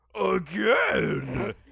again